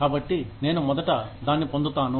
కాబట్టి నేను మొదట దాన్ని పొందుతాను